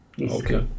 Okay